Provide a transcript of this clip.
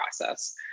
process